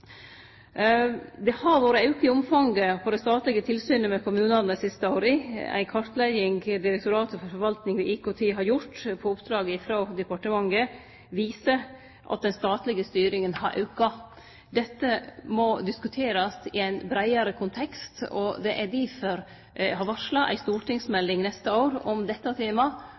Det har vore ein auke i omfanget av det statlege tilsynet med kommunane dei siste åra. Ei kartlegging som Direktoratet for forvalting og IKT har gjort på oppdrag frå departementet, viser at den statlege styringa har auka. Dette må diskuterast i ein breiare kontekst. Det er difor eg har varsla ei stortingsmelding neste år om dette